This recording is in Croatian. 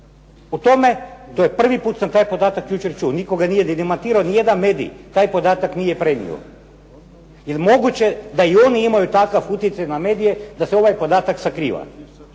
O tome, to je, prvi put sam taj podatak jučer čuo. Nitko ga nije ni demantirao, ni jedan medij taj podatak nije prenio. Je li moguće da i oni imaju takav utjecaj na medije da se ovaj podatak sakriva?